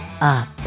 up